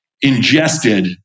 ingested